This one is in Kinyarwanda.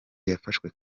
yafashwe